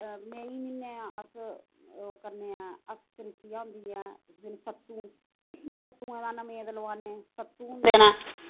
मई म्हीने अस ओह् करने अष्ट तृतीया होंदी ऐ सत्तु सत्तुऐं दा नवेद लोआनै सत्तु होंदे न